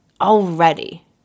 already